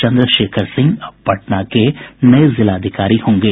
चन्द्रशेखर सिंह अब पटना के नये जिलाधिकारी होंगे